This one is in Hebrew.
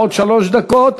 לעוד שלוש דקות.